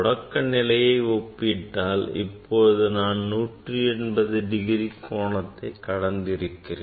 தொடக்க நிலையை ஒப்பிட்டால் இப்பொழுது நான் 180 டிகிரி கோணத்தை கடந்து இருக்கிறேன்